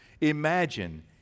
Imagine